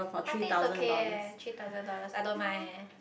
I think it's okay leh three thousand dollars I don't mind leh